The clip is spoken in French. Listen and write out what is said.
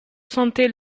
sentait